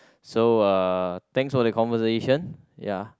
so uh thanks for the conversation ya